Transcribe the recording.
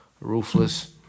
ruthless